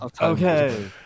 Okay